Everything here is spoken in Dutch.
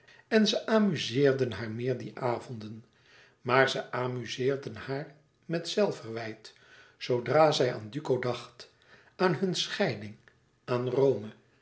en ze amuzeerden haar meer die avonden maar ze amuzeerden haar met zelfverwijt zoodra zij aan duco dacht aan hun scheiding aan rome